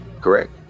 correct